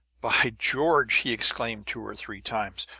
by george! he exclaimed two or three times.